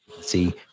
see